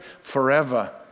forever